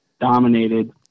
dominated